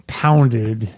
pounded